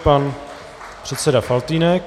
Pan předseda Faltýnek.